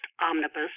omnibus